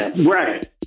Right